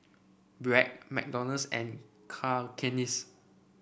Bragg McDonald's and Cakenis